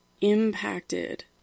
impacted